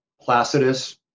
Placidus